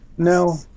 No